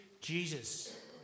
Jesus